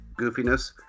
goofiness